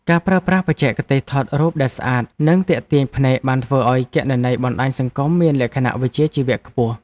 ការប្រើប្រាស់បច្ចេកទេសថតរូបដែលស្អាត និងទាក់ទាញភ្នែកបានធ្វើឱ្យគណនីបណ្តាញសង្គមមានលក្ខណៈវិជ្ជាជីវៈខ្ពស់។